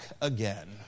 again